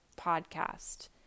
podcast